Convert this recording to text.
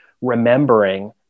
remembering